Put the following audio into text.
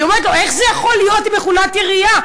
היא אומרת לו: "איך זה יכול להיות עם מכונת ירייה?